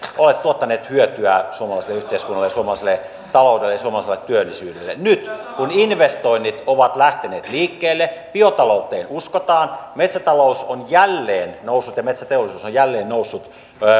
ole tuottaneet hyötyä suomalaiselle yhteiskunnalle ja suomalaiselle taloudelle ja suomalaiselle työllisyydelle nyt kun investoinnit ovat lähteneet liikkeelle biotalouteen uskotaan metsätalous on jälleen noussut ja metsäteollisuus on jälleen noussut